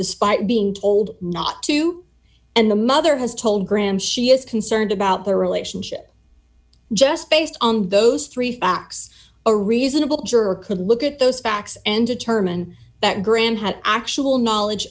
despite being told not to and the mother has told graham she is concerned about their relationship just based on those three facts a reasonable juror could look at those facts and determine that graham had actual knowledge